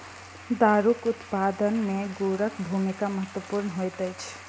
दारूक उत्पादन मे गुड़क भूमिका महत्वपूर्ण होइत अछि